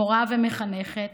מורה ומחנכת